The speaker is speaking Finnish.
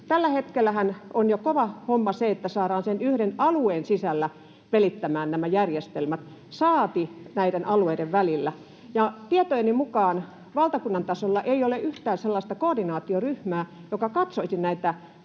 Tällä hetkellähän on jo kova homma se, että saadaan sen yhden alueen sisällä pelittämään nämä järjestelmät, saati näiden alueiden välillä, ja tietojeni mukaan valtakunnan tasolla ei ole yhtään sellaista koordinaatioryhmää, joka katsoisi